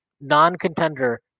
non-contender